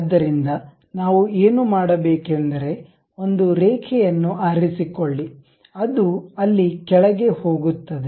ಆದ್ದರಿಂದ ನಾವು ಏನು ಮಾಡಬೇಕೆಂದರೆ ಒಂದು ರೇಖೆಯನ್ನು ಆರಿಸಿಕೊಳ್ಳಿ ಅದು ಅಲ್ಲಿ ಕೆಳಗೆ ಹೋಗುತ್ತದೆ